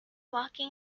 walking